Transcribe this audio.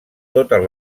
totes